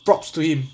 props to him